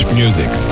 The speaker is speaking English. music